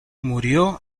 murió